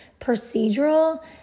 procedural